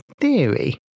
theory